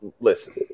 Listen-